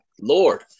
lord